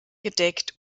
gedeckt